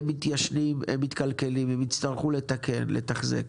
הם מתיישנים, הם מתקלקלים, הם יצטרכו לתקן ולתחזק.